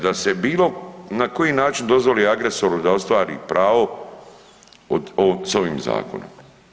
Da se bilo na koji način dozvoli agresoru da ostvari pravo s ovim zakonom.